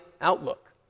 outlook